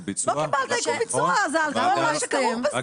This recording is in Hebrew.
זה על כל כך מה שכרוך בזה.